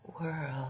world